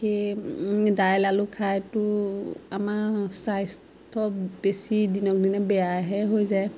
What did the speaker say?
সেই দাইল আলু খাইটো আমাৰ স্বাস্থ্য বেছি দিনক দিনে বেয়াহে হৈ যায়